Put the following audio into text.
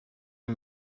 est